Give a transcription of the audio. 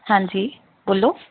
ਹਾਂਜੀ ਬੋਲੋ